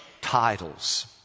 titles